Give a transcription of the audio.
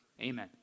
Amen